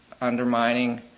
undermining